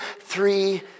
three